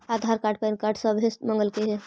आधार card PAN card सभे मगलके हे?